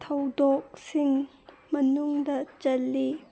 ꯊꯧꯗꯣꯛꯁꯤꯡ ꯃꯅꯨꯡꯗ ꯆꯜꯂꯤ